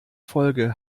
folge